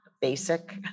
basic